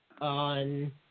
on